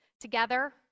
together